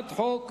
הצעת חוק